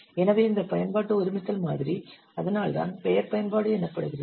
எனவே இந்த பயன்பாட்டு ஒருமித்தல் மாதிரி அதனால்தான் பெயர் பயன்பாடு எனப்படுகிறது